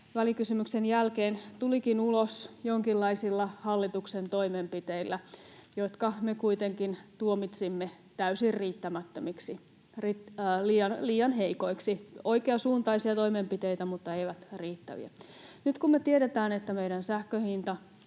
välikysymyksen jälkeen tulikin ulos jonkinlaisilla hallituksen toimenpiteillä, jotka me kuitenkin tuomitsimme täysin riittämättömiksi, liian heikoiksi — oikeansuuntaisia toimenpiteitä mutta eivät riittäviä. Nyt kun me tiedetään, että meidän sähkön hinta